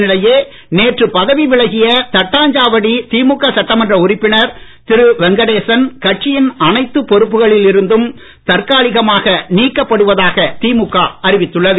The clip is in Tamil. இதனிடையே நேற்று பதவி விலகிய தட்டாஞ்சாவடி திமுக சட்டமன்ற உறுப்பினர் திரு வெங்கடேசன் கட்சியில் அனைத்து பொறுப்புகளில் இருந்து தற்காலிகமாக நீக்கப்படுவதாக திமுக அறிவித்துள்ளது